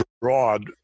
broad